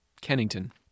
Kennington